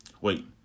wait